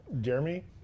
Jeremy